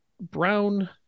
brown